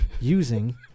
using